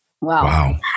Wow